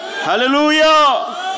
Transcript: Hallelujah